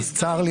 צר לי,